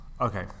Okay